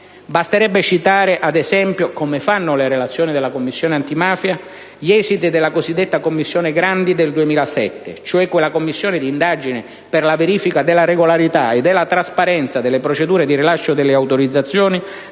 Basterebbe citare, ad esempio, come fanno le relazioni della Commissione antimafia, gli esiti della cosiddetta Commissione Grandi del 2007, ossia della «Commissione d'indagine per la verifica della regolarità e della trasparenza delle procedure di rilascio delle autorizzazioni